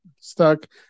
stuck